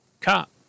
cop